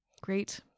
Great